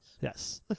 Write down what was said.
Yes